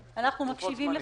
תן לוחות זמנים.